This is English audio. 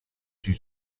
due